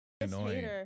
annoying